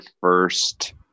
first